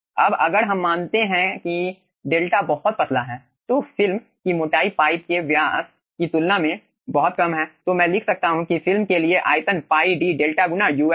अब अगर हम मानते हैं कि 𝛿 बहुत पतला है तो फिल्म की मोटाई पाइप के व्यास की तुलना में बहुत कम है तो मैं लिख सकता हूं कि फिल्म के लिए आयतन π D 𝛿 गुना uf है